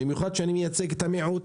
במיוחד כשאני מייצג את המיעוט,